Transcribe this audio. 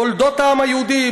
תולדות העם היהודי,